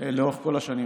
לאורך כל השנים.